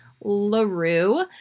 LaRue